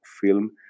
film